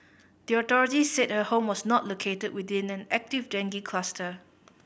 the authorities said her home was not located within an active dengue cluster